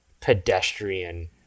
pedestrian